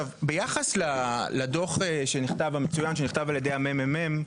ביחס לדוח המצוין שנכתב על ידי הממ"מ,